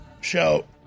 Show